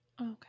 okay